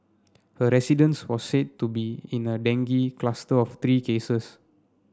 her residence was said to be in a dengue cluster of three cases